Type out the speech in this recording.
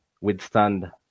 withstand